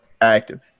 active